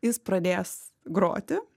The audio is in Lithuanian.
jis pradės groti